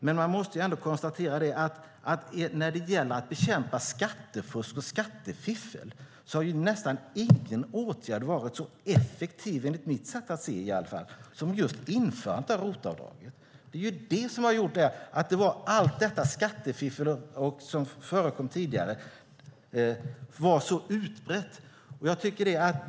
Men man måste ändå konstatera att när det gäller att bekämpa skattefusk och skattefiffel har nästan ingen åtgärd varit så effektiv, i alla fall enligt mitt sätt att se, som just införandet av ROT-avdraget. Tidigare förekom ett utbrett skattefiffel.